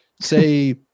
Say